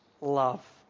love